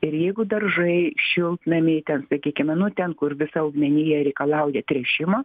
ir jeigu daržai šiltnamiai ten sakykime nu ten kur visa augmenija reikalauja tręšimo